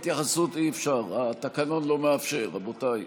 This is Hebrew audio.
התייחסות אי-אפשר, התקנון לא מאפשר, רבותיי.